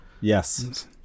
Yes